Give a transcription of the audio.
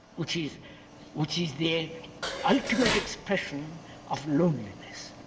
which is which is the ultimate expression of loneliness.